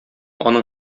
аның